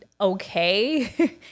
okay